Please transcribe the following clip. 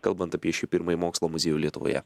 kalbant apie šį pirmąjį mokslo muziejų lietuvoje